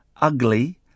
ugly